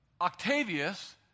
Octavius